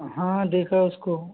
हाँ देखो उसको